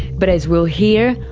but as we'll hear,